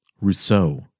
Rousseau